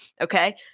okay